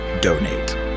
Donate